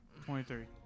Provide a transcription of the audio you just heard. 23